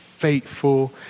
faithful